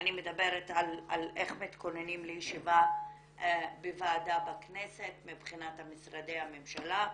אני מדברת על איך מתכוננים לישיבה בוועדה בכנסת מבחינת משרדי הממשלה.